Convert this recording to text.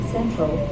Central